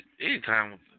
anytime